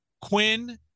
Quinn